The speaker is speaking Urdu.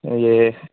یہ